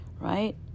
right